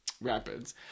Rapids